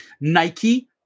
Nike